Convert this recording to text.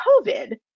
COVID